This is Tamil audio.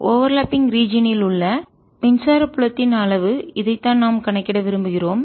ஓவர்லாப்பிங் ஒன்றுடன் ஒன்று ரீஜியன் யில் உள்ள மின்சார புலத்தின் அளவு இதைத்தான் நாம் கணக்கிட விரும்புகிறோம்